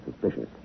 suspicious